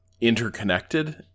interconnected